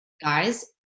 guys